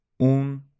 Un